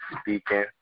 speaking